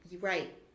Right